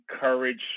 courage